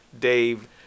Dave